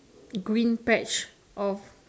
green patch of